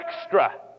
extra